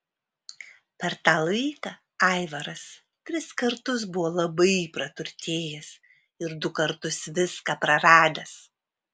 per tą laiką aivaras tris kartus buvo labai praturtėjęs ir du kartus viską praradęs